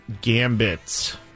gambits